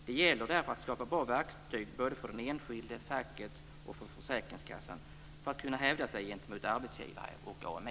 Det gäller därför att skapa bra verktyg för såväl den enskilde som facket och försäkringskassan för att man ska kunna hävda sig gentemot arbetsgivare och AMI.